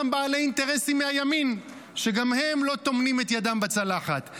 גם בעלי אינטרסים מהימין שגם הם לא טומנים את ידם בצלחת.